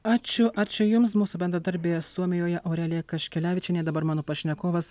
ačiū ačiū jums mūsų bendradarbė suomijoje aurelija kaškelevičienė dabar mano pašnekovas